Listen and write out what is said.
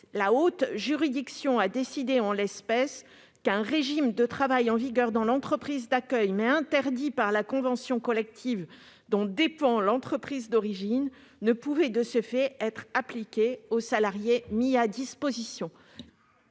La haute juridiction a décidé, en l'espèce, qu'un régime de travail en vigueur dans l'entreprise d'accueil, mais interdit par la convention collective dont dépend l'entreprise d'origine, ne pouvait de ce fait être appliqué aux salariés mis à disposition.